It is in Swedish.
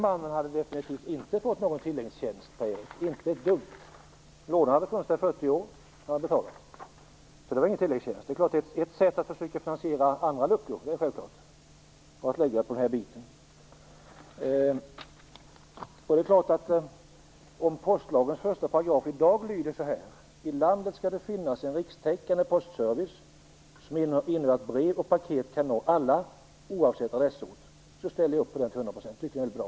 Mannen hade definitivt inte fått någon tilläggstjänst, Per Erik Granström - inte alls. Brevlådan hade funnits i 40 år. Så det var inte någon tilläggstjänst. Det är klart att det här är ett sätt att täcka andra luckor. Postlagens första paragraf har i dag följande lydelse: I landet skall det finnas en rikstäckande postservice som innebär att brev och paket kan nå alla oavsett adressort. Det ställer jag upp på till 100 %. Det tycker jag är bra.